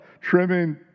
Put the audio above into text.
trimming